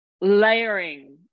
layering